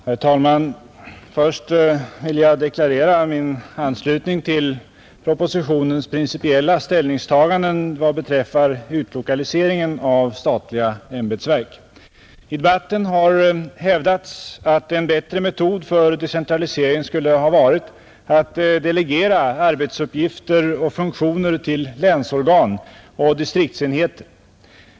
Herr talman! Först vill jag deklarera min anslutning till propositionens principiella ställningstaganden vad beträffar utlokaliseringen av statliga ämbetsverk. I debatten har hävdats att en bättre metod för decentralisering skulle ha varit att delegera arbetsuppgifter och funktioner till länsförbund och distriktsenheter.